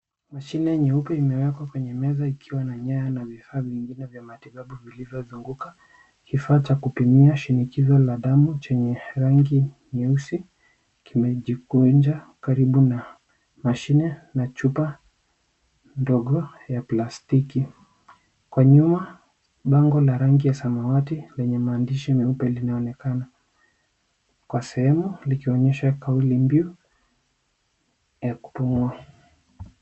Mashine nyeupe imewekwa kwenye meza ikiwa na nyaya na vifaa vingine vya matibabu vilivyozunguka. Kifaa cha kupimia shinikizo la damu chenye rangi nyeusi kimejikunja karibu na mashine na chupa ndogo ya plastiki. Kwa nyuma bango la rangi ya samawati lenye maandishi meupe linaonekana kwa sehemu likionyesha kauli mbiu ya kupumua.